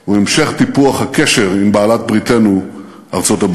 הוא המשך טיפוח הקשר עם בעלת בריתנו ארצות-הברית.